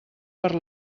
per